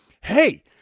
hey